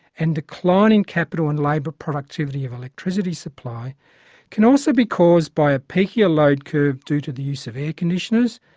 and declining capital and labour productivity of electricity supply can also be caused by a peakier load curve due to the use of air conditioners,